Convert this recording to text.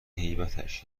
هیبتش